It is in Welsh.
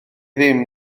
ddim